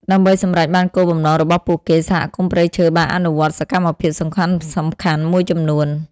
ដើម្បីសម្រេចបានគោលបំណងរបស់ពួកគេ សហគមន៍ព្រៃឈើបានអនុវត្តសកម្មភាពសំខាន់ៗមួយចំនួន។